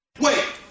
Wait